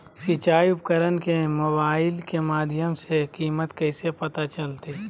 सिंचाई उपकरण के मोबाइल के माध्यम से कीमत कैसे पता चलतय?